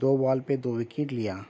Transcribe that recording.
دو ball پہ دو wicket لیا